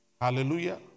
Hallelujah